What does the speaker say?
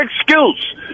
excuse